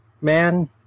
man